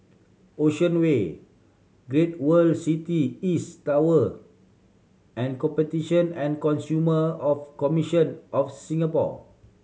Ocean Way Great World City East Tower and Competition and Consumer of Commission of Singapore